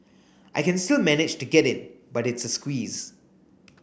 I can still manage to get in but it's a squeeze